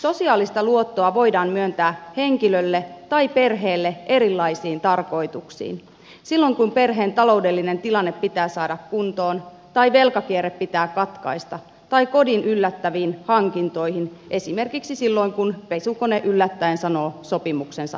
sosiaalista luottoa voidaan myöntää henkilölle tai perheelle erilaisiin tarkoituksiin silloin kun perheen taloudellinen tilanne pitää saada kuntoon tai velkakierre pitää katkaista tai kodin yllättäviin hankintoihin esimerkiksi silloin kun pesukone yllättäen sanoo sopimuksensa irti